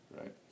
right